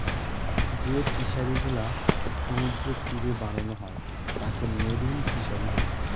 যে ফিশারিগুলা সমুদ্রের তীরে বানানো হয় তাকে মেরিন ফিশারী বলে